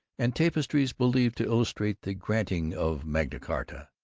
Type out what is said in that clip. and tapestries believed to illustrate the granting of magna charta.